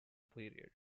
period